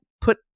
put